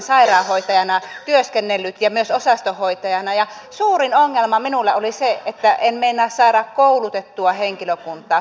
valiokunta nostaa esiin myös osastonhoitajana ja suurin ongelma minulla oli se että en meinaa saada koulutettua henkilökuntaa